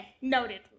noted